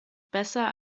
besser